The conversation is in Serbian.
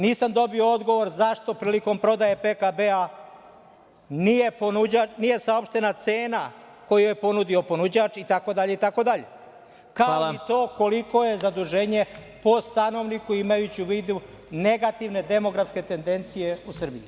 Nisam dobio odgovor zašto prilikom prodaje PKB-a nije saopštena cena koju je ponudio ponuđač i tako dalje, kao i to koliko je zaduženje po stanovniku, imajući u vidu negativne demografske tendencije u Srbiji.